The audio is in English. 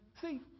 See